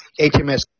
HMS